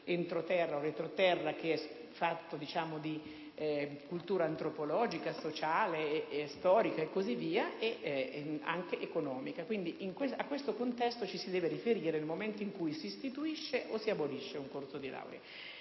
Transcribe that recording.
un suo retroterra, che è fatto di cultura antropologica, sociale, storica ed anche economica ed a questo contesto ci si deve riferire nel momento in cui si istituisce o si abolisce un corso di laurea.